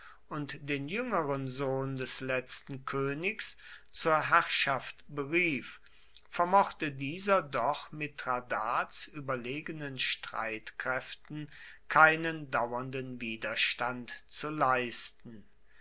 und den jüngeren sohn des letzten königs zur herrschaft berief vermochte dieser doch mithradats überlegenen streitkräften keinen dauernden widerstand zu leisten